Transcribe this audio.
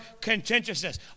contentiousness